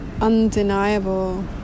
undeniable